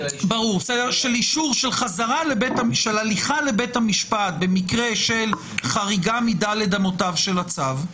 אישור של הליכה לבית המשפט במקרה של חריגה מ-ד' אמותיו של הצו,